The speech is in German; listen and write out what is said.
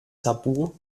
tabu